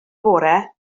bore